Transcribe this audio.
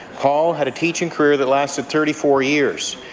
paul had teaching career that lasted thirty four years,